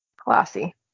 Classy